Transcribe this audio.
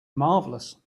marvelous